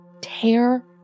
tear